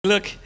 look